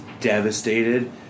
devastated